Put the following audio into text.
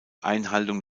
einhaltung